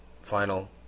final